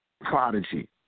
Prodigy